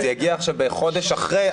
אם זה יגיע חודש אחרי,